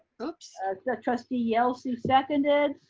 oops trustee yelsey seconded,